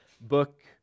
book